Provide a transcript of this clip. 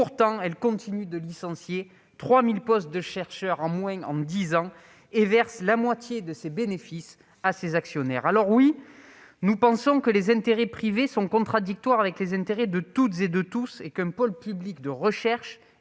par an ; elle continue pourtant de licencier- 3 000 postes de chercheurs en moins en dix ans -et verse la moitié de ses bénéfices aux actionnaires. Oui, nous pensons que les intérêts privés sont contradictoires avec les intérêts de toutes et de tous, et qu'un pôle public de recherche